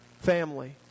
family